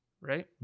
right